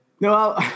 No